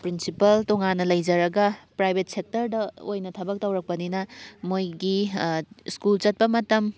principle ꯇꯣꯉꯥꯟꯅ ꯂꯩꯖꯔꯒ private ꯁꯦꯛꯇꯔꯗ ꯑꯣꯏꯅ ꯊꯕꯛ ꯇꯧꯔꯛꯄꯅꯤꯅ ꯃꯣꯏꯒꯤ ꯁ꯭ꯀꯨꯜ ꯆꯠꯄ ꯃꯇꯝ